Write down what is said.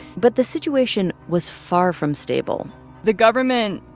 but the situation was far from stable the government,